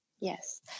Yes